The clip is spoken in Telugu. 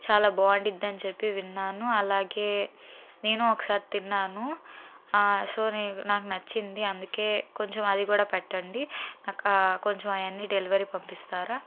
చాలా బాగుండుద్ది అని చెప్పి విన్నాను అలాగే నేను ఒకసారి తిన్నాను సో నాకు నచ్చింది అందుకే కొంచం అది కూడా పెట్టండి నాకా కొంచం అవన్ని డెలివరీ పంపిస్తారా